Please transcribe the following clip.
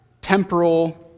temporal